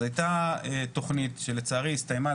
אז היתה תכנית שלצערי הסתיימה,